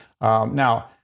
now